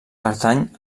pertany